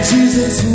Jesus